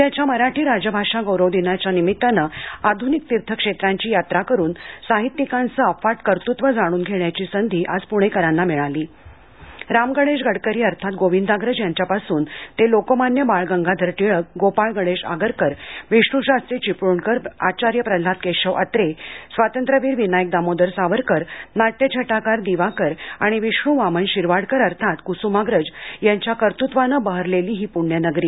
उद्याच्या मराठी राजभाषा गौरव दिनाच्या निमित्तानं आधनिक तीर्थक्षेत्रांची यात्रा करुन साहित्यिकाचं अफाट कर्तृत्व जाणून घेण्याची संधी आज पुणेकरांना मिळाली राम गणेश गडकरी अर्थात गोविंदाग्रज यांच्यापासून ते लोकमान्य बाळ गंगाधर टिळक गोपाळ गणेश आगरकर विष्णुशास्त्री चिपळूणकर आचार्य प्रल्हाद केशव अत्रे स्वातंत्र्यवीर विनायक दामोदर सावरकर नाट्यछटाकार दिवाकर आणि विष्णू वामन शिरवाडकर अर्थात कुसुमाग्रज यांच्या कर्तृत्वानं बहरलेली ही पुण्यनगरी